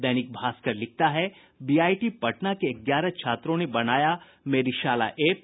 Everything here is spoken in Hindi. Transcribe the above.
दैनिक भास्कर लिखता है बीआईटी पटना के ग्यारह छात्रों ने बनाया मेडिशाला एप